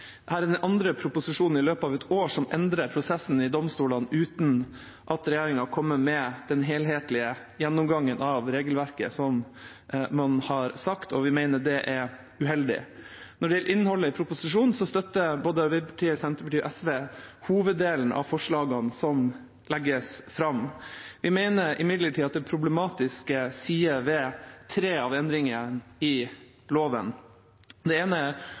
regjeringa kommer med den helhetlige gjennomgangen av regelverket, som noen har sagt, og vi mener at det er uheldig. Når det gjelder innholdet i proposisjonen, støtter både Arbeiderpartiet, Senterpartiet og SV hoveddelen av forslagene som legges fram. Vi mener imidlertid at det er problematiske sider ved tre av endringene i loven. Det ene er